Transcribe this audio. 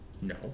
No